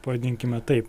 pavadinkime taip